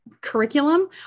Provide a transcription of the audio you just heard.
curriculum